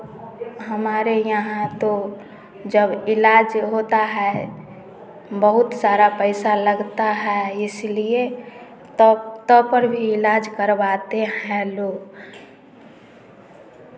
हमारे यहाँ तो जब इलाज होता है बहुत सारा पैसा लगता है इसलिए त त पर भी इलाज करवाते हैं लोग